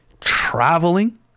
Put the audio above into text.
traveling